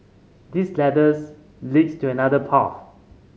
this ladders leads to another path